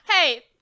hey